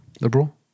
Liberal